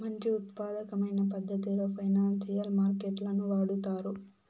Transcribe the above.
మంచి ఉత్పాదకమైన పద్ధతిలో ఫైనాన్సియల్ మార్కెట్ లను వాడుతారు